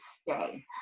stay